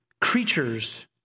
creatures